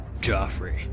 joffrey